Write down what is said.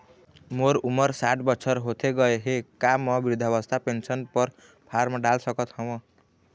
मोर उमर साठ बछर होथे गए हे का म वृद्धावस्था पेंशन पर फार्म डाल सकत हंव?